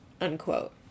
Unquote